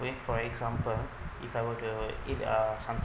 doing for example if I were to eat uh something